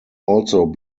also